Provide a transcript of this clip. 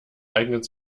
eignet